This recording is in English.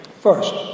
First